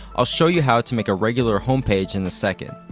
i'll show you how to make a regular home page in a second.